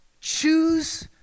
choose